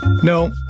No